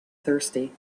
thirsty